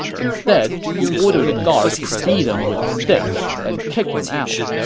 instead, he ordered the guards to beat him with sticks and kick him out.